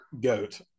goat